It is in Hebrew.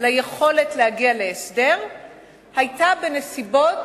ליכולת להגיע להסדר היתה בנסיבות